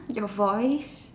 your voice